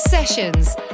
sessions